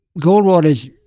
Goldwater's